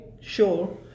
sure